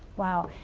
wow,